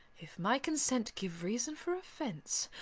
if my consent give reason for offence,